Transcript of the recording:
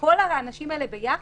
כל האנשים האלה ביחד,